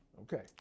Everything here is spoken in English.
Okay